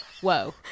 whoa